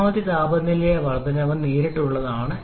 പരമാവധി താപനിലയിലെ വർദ്ധനവ് നേരിട്ടുള്ളതാണ്